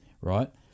right